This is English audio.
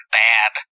bad